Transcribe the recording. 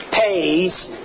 pays